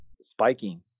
Spiking